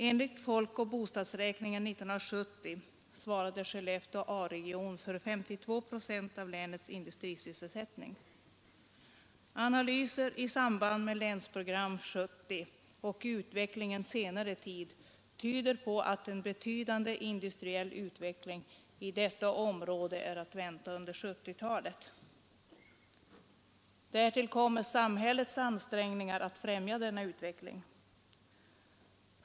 Enligt folkoch bostadsräkningen 1970 svarade Skellefteå A-region för 52 procent av länets industrisysselsättning. Analyser i samband med Länsprogram 70 och utvecklingen under senare tid tyder på att en betydande industriell utveckling i detta område är att vänta under 1970-talet. Därtill kom mer samhällets ansträngningar att främja denna utveckling.